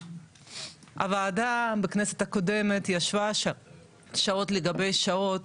הוועדה בכנסת הקודמת ישבה שעות על גבי שעות